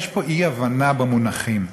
יש פה אי-הבנה במונחים.